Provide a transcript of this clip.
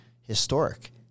historic